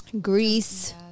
Greece